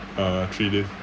uh three days